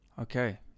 Okay